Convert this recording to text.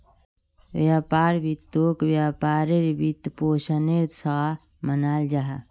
व्यापार वित्तोक व्यापारेर वित्त्पोशानेर सा मानाल जाहा